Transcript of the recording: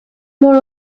more